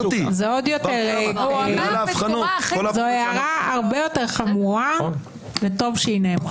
זו הערה הרבה יותר חמורה, וטוב שהיא נאמרה.